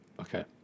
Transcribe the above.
Okay